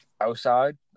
outside